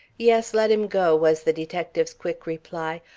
yes, let him go, was the detective's quick reply.